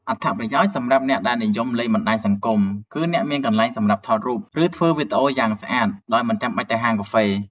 អត្ថប្រយោជន៍សម្រាប់អ្នកដែលនិយមលេងបណ្ដាញសង្គម គឺអ្នកនឹងមានកន្លែងសម្រាប់ថតរូប ឬធ្វើវីដេអូយ៉ាងស្អាតដោយមិនចាំបាច់ទៅហាងកាហ្វេ។